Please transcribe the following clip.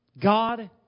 God